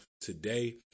today